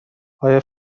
آیا